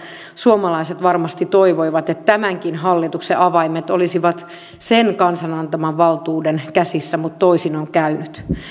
suomalaiset varmasti toivoivat että tämänkin hallituksen avaimet olisivat kansan antaman valtuuden käsissä mutta toisin on käynyt